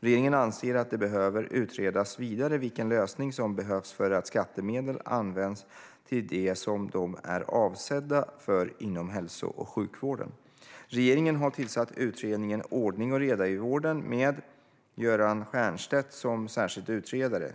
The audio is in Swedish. Regeringen anser att det behöver utredas vidare vilken lösning som behövs för att skattemedel ska användas till det som de är avsedda för inom hälso och sjukvården. Regeringen har tillsatt utredningen Ordning och reda i vården med Göran Stiernstedt som särskild utredare .